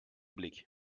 blick